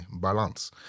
Balance